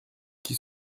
qui